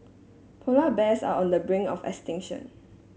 polar bears are on the bring of extinction